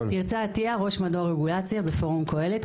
ראש מדור רגולציה בפורום קהלת.